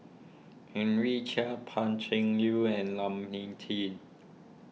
Henry Chia Pan Cheng Lui and Lam Min team